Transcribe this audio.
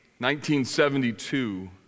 1972